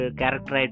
character